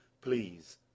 please